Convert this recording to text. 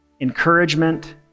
encouragement